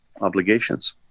obligations